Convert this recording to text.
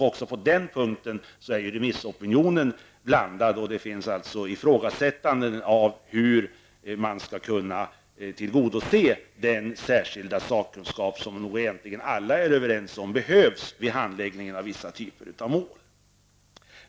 Även på den punkten är remissopinionen blandad, och det finns alltså ifrågasättanden när det gäller hur man skall kunna tillgodose den särskilda sakkunskap som nog egentligen alla är överens om behövs vid handläggningen av vissa typer av mål.